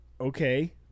okay